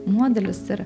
modelis ir